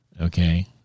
okay